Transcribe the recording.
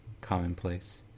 commonplace